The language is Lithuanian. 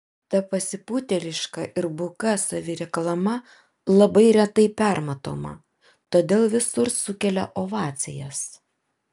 ta pasipūtėliška ir buka savireklama labai retai permatoma todėl visur sukelia ovacijas